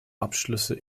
abschlüsse